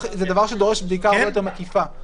זה דורש בדיקה הרבה יותר מקיפה.